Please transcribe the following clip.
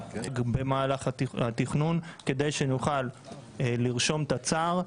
האדריכלים מכינים את תת"ג במהלך התכנון כדי שנוכל לרשום תצ"ר,